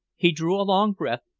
he drew a long breath,